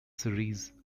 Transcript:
series